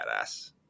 badass